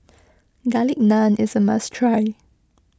Garlic Naan is a must try